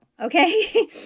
Okay